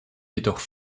jedoch